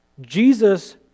Jesus